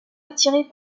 attiré